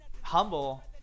humble